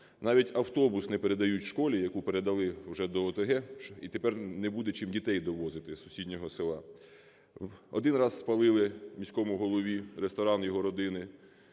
навіть автобус не передають школі, яку передали вже до ОТГ. І тепер не буде чим дітей довозити з сусіднього села. Один раз спалили міському голові ресторан його родини.